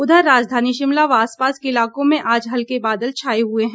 उधर राजधानी शिमला व आसपास के इलाकों में आज हल्के बादल छाए हुए हैं